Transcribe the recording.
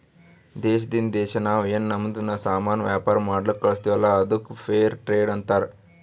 ದೇಶದಿಂದ್ ದೇಶಾ ನಾವ್ ಏನ್ ನಮ್ದು ಸಾಮಾನ್ ವ್ಯಾಪಾರ ಮಾಡ್ಲಕ್ ಕಳುಸ್ತಿವಲ್ಲ ಅದ್ದುಕ್ ಫೇರ್ ಟ್ರೇಡ್ ಅಂತಾರ